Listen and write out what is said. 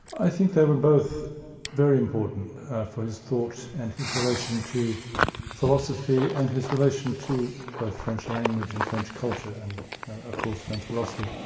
i think they were both very important for his thoughts and his relation to philosophy, and his relation to both french language and french culture, and of course french philosophy.